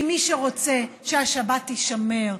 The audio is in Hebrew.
כי מי שרוצה שהשבת תישמר,